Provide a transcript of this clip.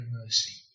mercy